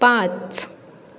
पांच